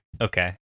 Okay